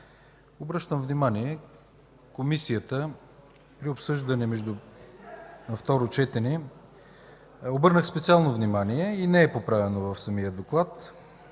Обръщам внимание! В Комисията при обсъждане на второ четене обърнах специално внимание и не е поправено в самия доклад